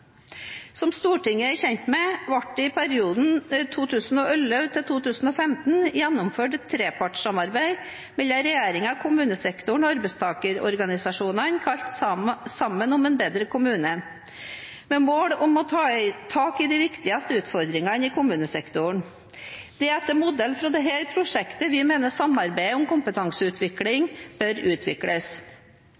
Som Stortinget er kjent med, ble det i perioden 2011 til 2015 gjennomført et trepartssamarbeid mellom regjeringen, kommunesektoren og arbeidstakerorganisasjonene kalt «Sammen om en bedre kommune», med mål om å ta tak i de viktigste utfordringene i kommunesektoren. Det er etter modell fra dette prosjektet vi mener samarbeidet om kompetanseutvikling